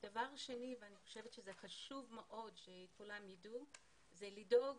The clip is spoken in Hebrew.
השנייה ואני חושבת שזה חשוב מאוד שכולם ידעו לדאוג